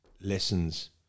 lessons